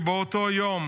כי באותו יום